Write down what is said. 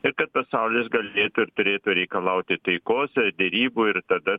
ir kad pasaulis galėtų ir turėtų reikalauti taikos derybų ir tada